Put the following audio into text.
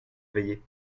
veiller